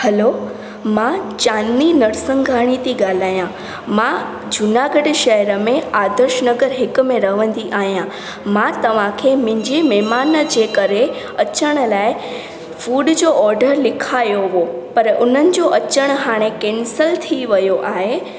hello मां जानवी नरसिंघाणी थी ॻाल्हायां मां जूनागढ़ शहर में आदर्श नगर हिकु में रहंदी आहियां मां तव्हांखे मुंहिंजे महिमान जे करे अचण लाइ फूड जो ऑडरु लिखायो हो पर हुननि जो अचणु हाणे कैंसिल थी वियो आहे